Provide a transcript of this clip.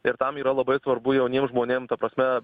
ir tam yra labai svarbu jauniem žmonėm ta prasme